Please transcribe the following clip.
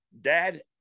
Dad